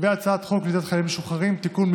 הצעת חוק קליטת חיילים משוחררים (תיקון,